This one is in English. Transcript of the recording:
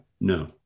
No